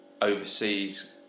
overseas